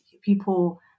people